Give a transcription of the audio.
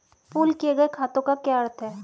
Pool किए गए खातों का क्या अर्थ है?